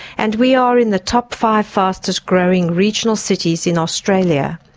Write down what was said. and we are in the top five fastest growing regional cities in australia.